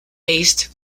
based